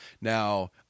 Now